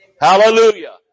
Hallelujah